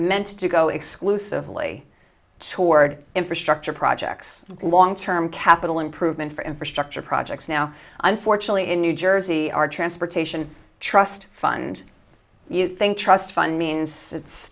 meant to go exclusively toward infrastructure projects long term capital improvement for infrastructure projects now unfortunately in new jersey our transportation trust fund you think trust fund means it's